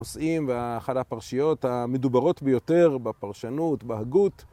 פוסעים באחת הפרשיות המדוברות ביותר בפרשנות, בהגות